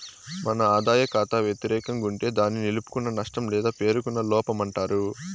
మన ఆదాయ కాతా వెతిరేకం గుంటే దాన్ని నిలుపుకున్న నష్టం లేదా పేరుకున్న లోపమంటారు